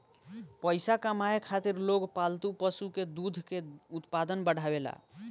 पइसा कमाए खातिर लोग पालतू पशु के दूध के उत्पादन बढ़ावेलन